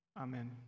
Amen